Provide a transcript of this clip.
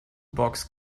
box